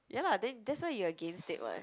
ya lah then that's why you are against it [what]